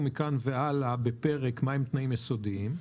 מכאן והלאה בפרק מה הם תנאים יסודיים,